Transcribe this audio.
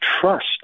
trust